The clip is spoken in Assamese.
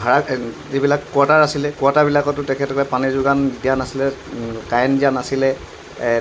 ভাড়া যিবিলাক কোৱাটাৰ আছিলে কোৱাটাৰবিলাকতো তেখেতলোকে পানী যোগান দিয়া নাছিলে কাৰেণ্ট দিয়া নাছিলে